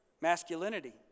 masculinity